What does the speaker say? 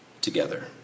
together